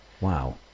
Wow